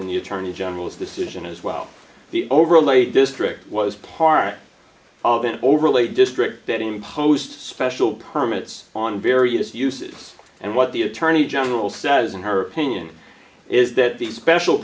in the attorney general's decision as well the overlay district was part of an overlay district that imposed special permits on various uses and what the attorney general says in her opinion is that the special